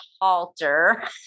halter